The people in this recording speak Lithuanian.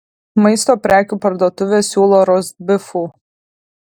maisto prekių parduotuvė siūlo rostbifų